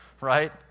right